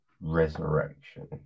Resurrection